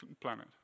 planet